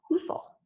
people